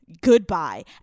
goodbye